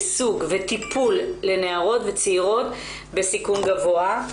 יישוג וטיפול לנערות וצעירות בסיכון גבוה.